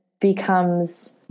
becomes